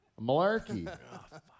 Malarkey